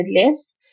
less